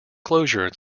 closure